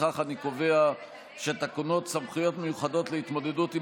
לפיכך אני קובע שתקנות סמכויות מיוחדות להתמודדות עם